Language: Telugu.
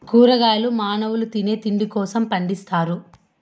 కూరగాయలు మానవుల తినే తిండి కోసం పండిత్తారు